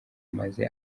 maze